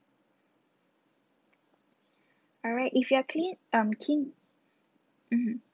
alright if you are clean um keen mmhmm